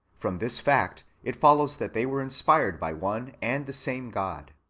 from this fact it follows that they were inspired by one and the same god.